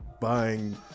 buying